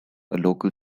local